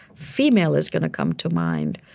female is going to come to mind.